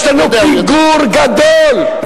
יש לנו פיגור גדול.